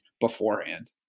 beforehand